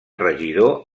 regidor